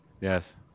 Yes